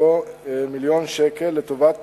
מתקציבו מיליון שקל לטובת